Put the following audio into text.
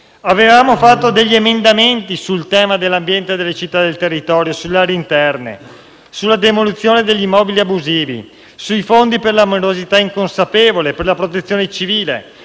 Avevamo presentato alcuni emendamenti sul tema dell'ambiente, delle città e del territorio, sulle aree interne, sulla demolizione degli immobili abusivi, sui fondi per la morosità inconsapevole e per la Protezione civile,